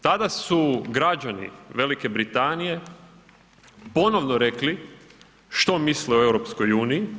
Tada su građani Velike Britanije ponovno rekli što misle o EU.